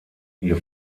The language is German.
ihr